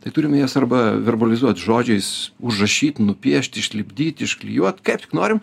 tai turime jas arba verbalizuot žodžiais užrašyt nupiešt išlipdyt išklijuot kaip tik norim